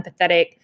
empathetic